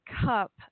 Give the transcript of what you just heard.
cup